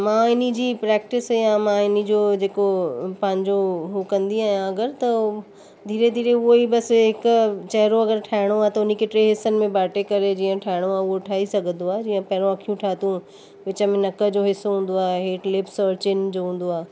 मां इन्ही जी प्रैक्टिस या मां इन्ही जो जेको पंहिंजो हो कंदी आहियां अगरि त धीरे धीरे उहो ई बसि हिकु चहिरो अगरि ठाहिणो आहे त उन्ही खे टे हिसनि में भांटे करे जीअं ठाहिणो आहे उहो ठाहे सघंदो आहे जीअं पहिरियों अखियूं ठातियूं विच में नक जो हिसो हूंदो आहे हेठि लिप्स और चिन जो हूंदो आहे